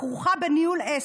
הכרוכה בניהול עסק.